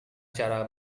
cara